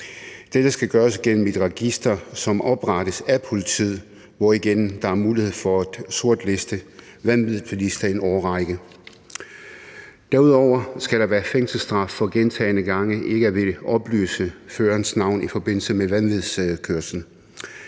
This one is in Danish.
det skal gøres gennem et register, som oprettes af politiet, hvorigennem der er mulighed for at sortliste vanvidsbilister i en årrække. Derudover skal der være fængselsstraf for gentagne gange ikke at ville oplyse førerens navn i forbindelse med vanvidskørsel.